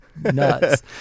nuts